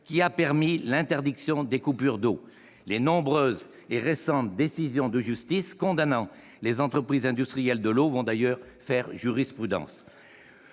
qui a permis l'interdiction des coupures d'eau ; les nombreuses et récentes décisions de justice condamnant les entreprises industrielles de l'eau vont d'ailleurs faire jurisprudence.